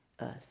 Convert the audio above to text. earth